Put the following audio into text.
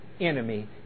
enemy